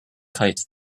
kite